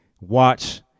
watch